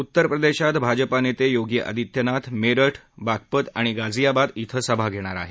उत्त प्रदेशात भाजपानेते योगी आदित्यनाथ मेरठ बागपत आणि गझियाबाद धिं संभा घेणार आहेत